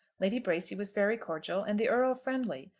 lady bracy was very cordial and the earl friendly,